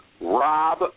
Rob